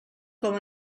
com